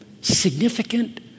significant